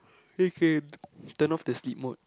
they can turn off the sleep mode